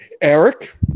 Eric